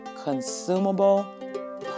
consumable